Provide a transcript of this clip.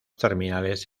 terminales